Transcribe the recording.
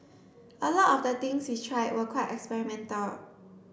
a lot of the things we tried were quite experimental